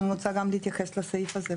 אני רוצה גם להתייחס לסעיף הזה,